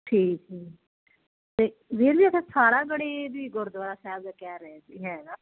ਠੀਕ ਹੈ ਅਤੇ ਵੀਰ ਜੀ ਉੱਥੇ ਸਾਰਾਗੜ੍ਹੀ ਵੀ ਗੁਰਦੁਆਰਾ ਸਾਹਿਬ ਦਾ ਕਹਿ ਰਹੇ ਸੀ ਹੈਗਾ